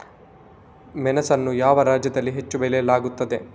ಮೆಣಸನ್ನು ಯಾವ ರಾಜ್ಯದಲ್ಲಿ ಹೆಚ್ಚು ಬೆಳೆಯಲಾಗುತ್ತದೆ?